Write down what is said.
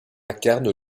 incarne